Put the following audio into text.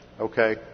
Okay